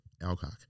Alcock